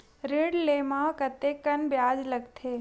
ऋण ले म कतेकन ब्याज लगथे?